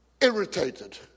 irritated